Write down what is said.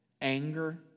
anger